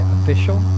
Official